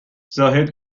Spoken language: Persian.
زاهد